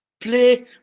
play